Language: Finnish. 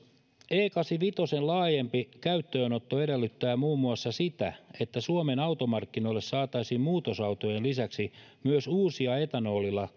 e kahdeksankymmenenviiden laajempi käyttöönotto edellyttää muun muassa sitä että suomen automarkkinoille saataisiin muutosautojen lisäksi myös uusia etanolilla toimivia